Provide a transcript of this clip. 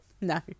No